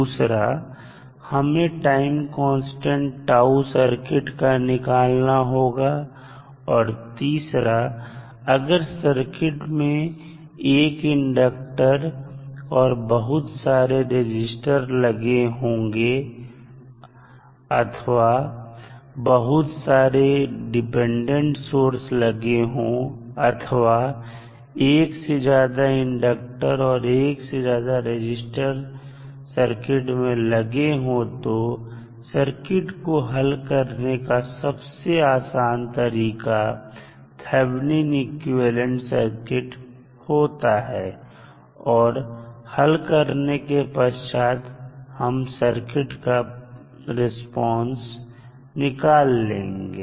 दूसरा हमें time constant τ circuit का निकालना होगा और तीसरा अगर सर्किट में एक इंडक्टर और बहुत सारे रजिस्टर लगे होंगे अथवा बहुत सारे डिपेंडेंट सोर्स लगे हो अथवा एक से ज्यादा इंडक्टर और एक से ज्यादा रजिस्टर सर्किट में लगे हो तो सर्किट को हल करने का सबसे आसान तरीका थैबनिन इक्विवेलेंट सर्किट होता है और हल करने के पश्चात हम सर्किट का रिस्पांस निकाल लेंगे